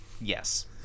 Yes